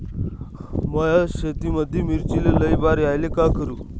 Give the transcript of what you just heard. माया शेतामंदी मिर्चीले लई बार यायले का करू?